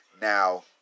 Now